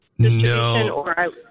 No